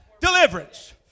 deliverance